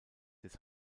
des